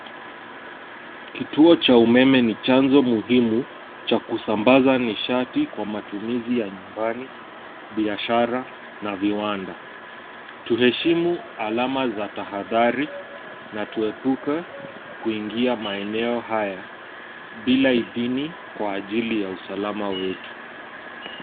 Kituo cha umeme ni chanzo muhimu cha kusambaza nishati kwa matumizi ya nyumbani, biashara na viwanda. Tuheshimu alama za tahadhari na tuepuke kuingia maeneo haya bila idhini kwa ajili ya usalama wetu.